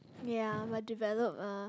ya but develop uh